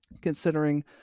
considering